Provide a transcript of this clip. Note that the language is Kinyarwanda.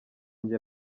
njye